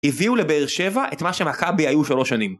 הביאו לבאר שבע את מה שמכבי היו שלוש שנים